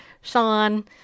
Sean